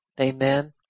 Amen